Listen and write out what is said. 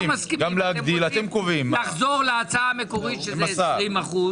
ותגידו שאתם לא מסכימים ושאתם רוצים לחזור להצעה המקורית שזה 20%,